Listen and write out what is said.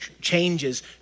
changes